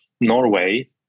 Norway